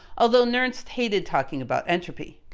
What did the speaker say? although, nernst hated talking about entropy.